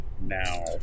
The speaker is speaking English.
now